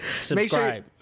Subscribe